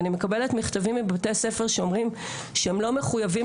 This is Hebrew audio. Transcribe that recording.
ואני מקבלת מכתבים מבתי ספר שאומרים שהם לא מחויבים